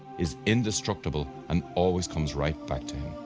is indestructible, and always comes right back to him.